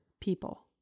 people